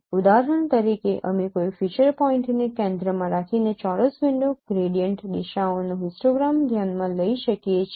ઉદાહરણ તરીકે અમે કોઈ ફીચર પોઇન્ટને કેન્દ્રમાં રાખીને ચોરસ વિન્ડો ગ્રેડિયન્ટ દિશાઓનો હિસ્ટોગ્રામ ધ્યાનમાં લઈ શકીએ છીએ